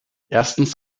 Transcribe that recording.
erstens